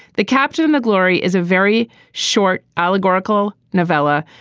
the captain mcglory is a very short, allegorical novella,